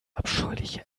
abscheuliche